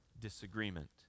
disagreement